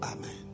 Amen